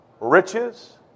riches